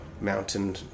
mountain